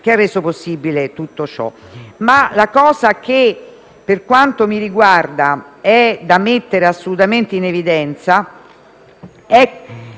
che hanno reso possibile tutto ciò. Ma ciò che, per quanto mi riguarda, è da mettere assolutamente in evidenza è